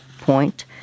point